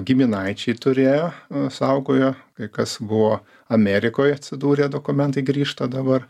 giminaičiai turėjo saugojo kai kas buvo amerikoj atsidūrė dokumentai grįžta dabar